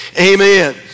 amen